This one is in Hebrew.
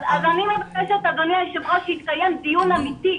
אז אני מבקשת אדוני היו"ר, שיתקיים דיון אמיתי.